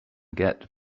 get